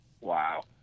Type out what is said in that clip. wow